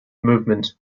movement